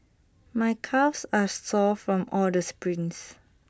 my calves are sore from all the sprints